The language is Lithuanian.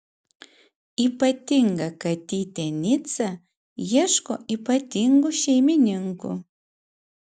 ypatinga katytė nica ieško ypatingų šeimininkų